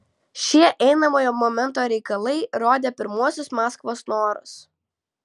šie einamojo momento reikalai rodė pirmuosius maskvos norus